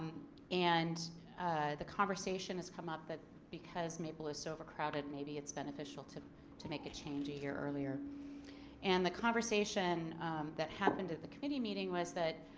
and the conversation has come up because maple is so overcrowded. maybe it's beneficial to to make a change yeah earlier and the conversation that happened at the committee meeting was that.